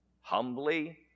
Humbly